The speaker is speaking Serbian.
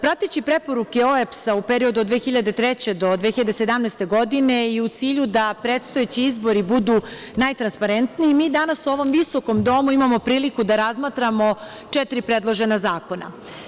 Prateći preporuke OEBS-a, u periodu od 2003. do 2017. godine, i u cilju da predstojeći izbori budu najtransparentniji, mi danas u ovom visokom domu imamo priliku da razmatramo četiri predložena zakona.